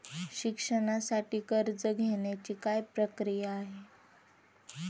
शिक्षणासाठी कर्ज घेण्याची काय प्रक्रिया आहे?